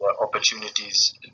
opportunities